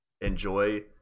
enjoy